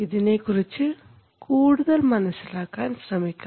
ഇതിനെകുറിച്ച് നമുക്ക് കൂടുതൽ മനസ്സിലാക്കാൻ ശ്രമിക്കാം